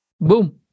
boom